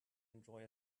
enjoy